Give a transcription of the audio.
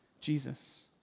Jesus